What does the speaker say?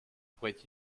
pourrait